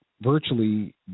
virtually